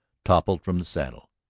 toppled from the saddle.